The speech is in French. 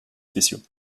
spéciaux